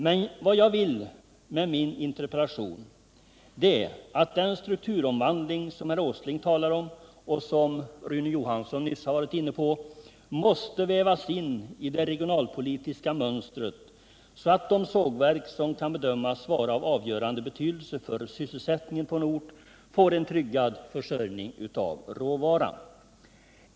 Men vad jag vill med min interpellation är att den strukturomvandling som herr Åsling talar om och som Rune Johansson nyss varit inne på måste vävas in i det regionalpolitiska mönstret, så att de sågverk som kan bedömas vara av avgörande betydelse för sysselsättningen på en ort får en tryggad försörjning av råvara.